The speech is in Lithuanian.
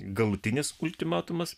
galutinis ultimatumas